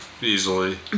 Easily